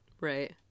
Right